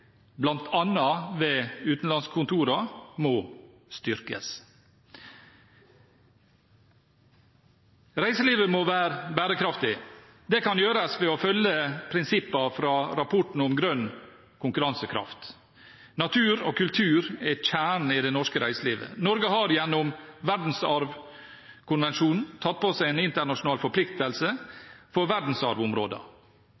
ved utenlandskontorene, må styrkes. Reiselivet må være bærekraftig. Det kan gjøres ved å følge prinsippene fra rapporten om Grønn konkurransekraft. Natur og kultur er kjernen i det norske reiselivet. Norge har gjennom verdensarvkonvensjonen tatt på seg en internasjonal